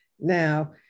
now